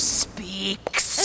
speaks